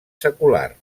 secular